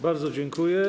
Bardzo dziękuję.